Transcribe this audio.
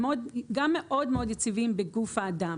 הם גם מאוד-מאוד יציבים בגוף האדם.